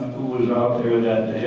who was out there that